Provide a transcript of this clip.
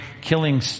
killing